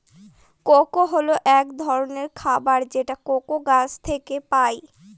cocoa হল এক ধরনের খাবার যেটা কোকো গাছ থেকে পায়